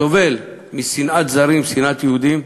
סובל משנאת זרים, שנאת יהודים,